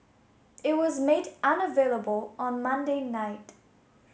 it was made unavailable on Monday night